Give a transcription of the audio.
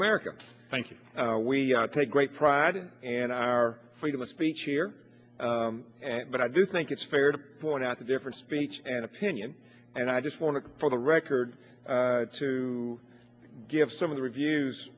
america thank you we take great pride and our freedom of speech here but i do think it's fair to point out the different speech and opinion and i just want to for the record to give some of the reviews